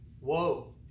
Whoa